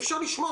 אפס.